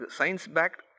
Science-backed